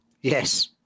Yes